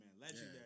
Legendary